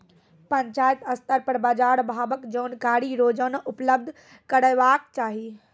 पंचायत स्तर पर बाजार भावक जानकारी रोजाना उपलब्ध करैवाक चाही?